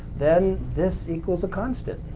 then this equals a constant.